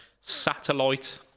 satellite